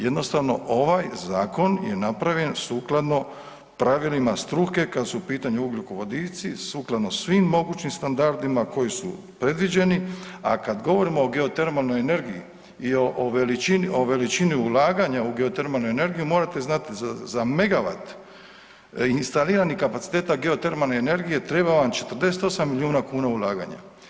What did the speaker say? Jednostavno ovaj zakon je napravljen sukladno pravilima struke, kad su u pitanju ugljikovodici sukladno svim mogućim standardima koji su predviđeni, a kad govorimo o geotermalnoj energiji i o veličini ulaganja u geotermalnu energiju morate znat za megavat instaliranih kapaciteta geotermalne energije treba vam 48 milijuna kuna ulaganja.